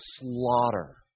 slaughter